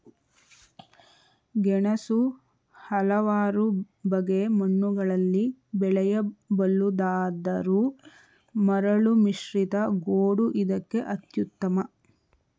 ಗೆಣಸು ಹಲವಾರು ಬಗೆ ಮಣ್ಣುಗಳಲ್ಲಿ ಬೆಳೆಯಬಲ್ಲುದಾದರೂ ಮರಳುಮಿಶ್ರಿತ ಗೋಡು ಇದಕ್ಕೆ ಅತ್ಯುತ್ತಮ